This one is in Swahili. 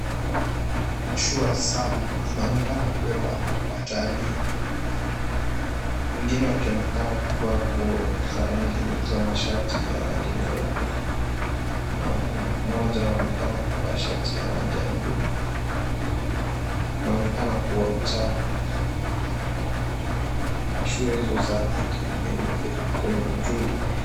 Mashua saba zinaonekana kubeba watalii wengine wakionekana kuvaa nguo za mashati nyeupe na mmoja anaonekana kuvaa shati ya buluu, inaonekana kuwa mchana. Mashua hizo za rangi nyeupe kwenye juu.